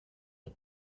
nom